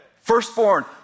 Firstborn